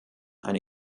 eine